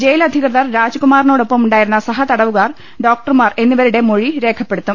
jail അധികൃതർ രാജ്കുമാറിനോടൊപ്പം ഉണ്ടായി രുന്ന സഹതടവുകാർ ഡോക്ടർമാർ എന്നിവരുടെ മൊഴി രേഖ പ്പെടുത്തും